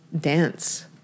dance